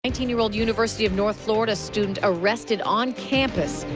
nineteen year old university of north florida student arrested on campus.